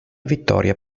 vittoria